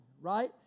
right